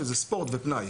שזה ספורט ופנאי.